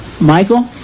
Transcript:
Michael